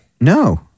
No